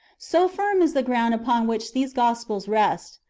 so firm is the ground upon which these gospels rest,